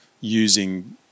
using